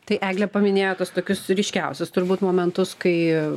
tai eglė paminėjo tuos tokius ryškiausius turbūt momentus kai